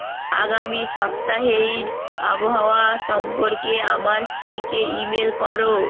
আগামী সপ্তাহের আবহাওয়া সম্পর্কে আমার স্ত্রীকে ইমেল করো